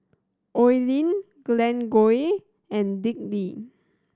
Oi Lin Glen Goei and Dick Lee